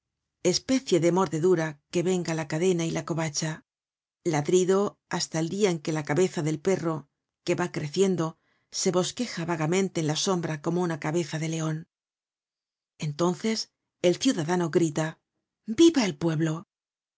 especie de mordedura que venga la cadena y la covacha ladrido hasta el dia en que la cabeza del perro que va creciendo se bosqueja vagamente en la sombra como una cabeza de leon content from google book search generated at entonces el ciudadano grita viva el pueblo